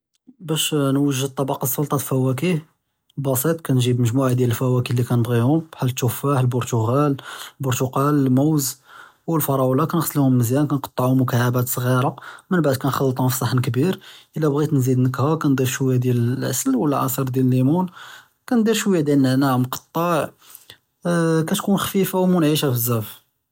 באש נוג'ד טבקּאת סלטת פואכה בסיט כנג'יב מג'מועת פואכה כנבחיהם בחאל תפאח, ברתקאל, מוז ופראולה, כנע'סלהום מזיאן ונקטעהום מקעבּאת צע'ירה, מןבעד כנח'לטהום פי צחן כביר, אלא בּע'ית נזיד נכהה כנדיף שויה עשאל ולא עציר דיאל לימון, כנדיִר שויה נענאע נקטע, כתכון חפיפה ומנעשה בזאף.